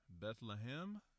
Bethlehem